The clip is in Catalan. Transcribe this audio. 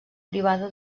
privada